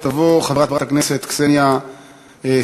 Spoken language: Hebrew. ואחריו תעלה ותבוא חברת הכנסת קסניה סבטלובה.